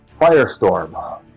Firestorm